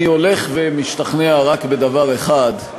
אני הולך ומשתכנע רק בדבר אחד: